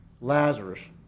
Lazarus